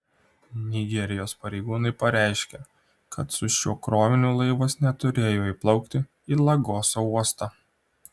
nigerijos pareigūnai pareiškė kad su šiuo kroviniu laivas neturėjo įplaukti į lagoso uostą